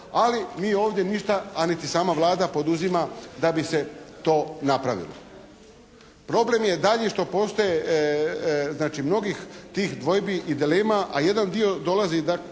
a mi ovdje ništa, a niti sama Vlada poduzima da bi se to napravilo. Problem je dalje što postoje, znači mnogih tih dvojbi i dilema, a jedan dio dolazi da